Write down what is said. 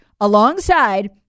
alongside